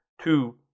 two